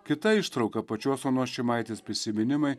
kita ištrauka pačios onos šimaitės prisiminimai